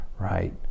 right